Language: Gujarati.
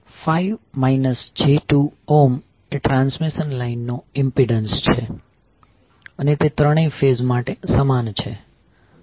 5 j2 ઓહ્મ એ ટ્રાન્સમિશન લાઇનનો ઇમ્પિડન્સ છે અને તે ત્રણેય ફેઝ માટે સમાન છે